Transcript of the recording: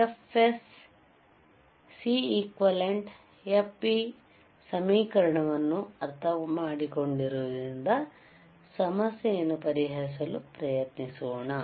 ಆದ್ದರಿಂದ ಈಗ Fs Cequivalent Fpಸಮೀಕರಣವನ್ನು ಅರ್ಥಮಾಡಿಕೊಂಡಿರುವುದರಿಂದಸಮಸ್ಯೆಯನ್ನು ಪರಿಹರಿಸಲು ಪ್ರಯತ್ನಿಸೋಣ